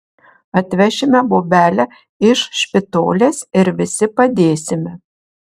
atvešime bobelę iš špitolės ir visi padėsime